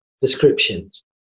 descriptions